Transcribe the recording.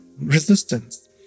resistance